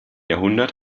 jahrhundert